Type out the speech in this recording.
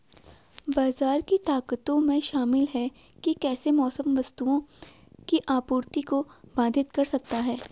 बाजार की ताकतों में शामिल हैं कि कैसे मौसम वस्तुओं की आपूर्ति को बाधित कर सकता है